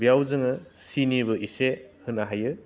बेयाव जोङो सिनिबो एसे होनो हायो